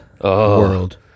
world